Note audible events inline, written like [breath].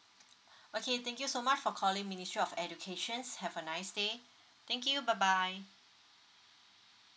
[breath] okay thank you so much for calling ministry of educations have a nice day thank you bye bye